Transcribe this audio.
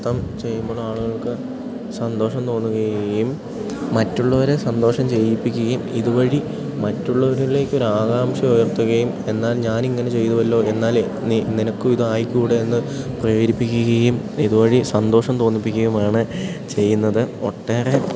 നൃത്തം ചെയ്യുമ്പോളാളുകൾക്ക് സന്തോഷം തോന്നുകയും മറ്റുള്ളവരെ സന്തോഷം ചെയ്യിപ്പിക്കുകയും ഇതുവഴി മറ്റുള്ളവരിലേക്കൊരാകാംഷ ഉയർത്തുകയും എന്നാൽ ഞാനിങ്ങനെ ചെയ്തുവല്ലോ എന്നാലെ നി നിനക്കും ഇതായിക്കൂടെ എന്ന് പ്രേരിപ്പിക്കുകയും ഇതു വഴി സന്തോഷം തോന്നിപ്പിക്കുകയുമാണ് ചെയ്യുന്നത് ഒട്ടേറെ